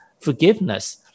forgiveness